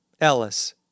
Ellis